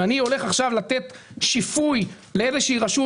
ואני הולך עכשיו לתת שיפוי לאיזושהי רשות